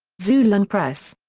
xulon press.